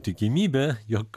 tikimybė jog